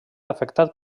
afectat